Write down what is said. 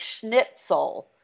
schnitzel